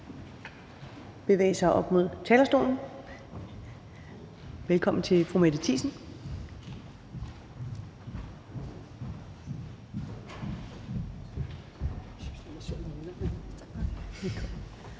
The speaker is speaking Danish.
bevæge sig op mod talerstolen. Velkommen til fru Mette Thiesen.